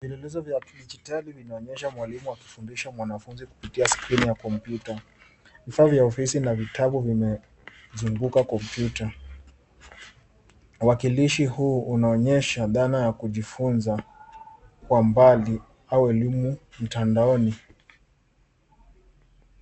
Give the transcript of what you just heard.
Vilelezo za kidijitali vinaonyesha mwalimu akifundisha mwanafunzi kupitia skrini ya kompyuta. Vifaa vya ofisi na vitabu vimezunguka kompyuta. Uwakilishi huu unaonyesha dhana ya kujifunza kwa mbali au elimu mtandaoni.